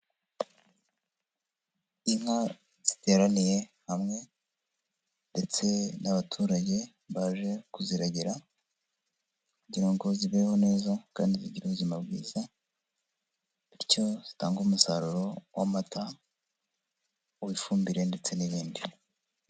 Inka ziteraniye hamwe ndetse n'abaturage baje kuziragira, kugira ngo zibeho neza kandi zigira ubuzima bwiza, bityo zitange umusaruro w'amata uw'ifumbire ndetse n'ibindi.